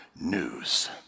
news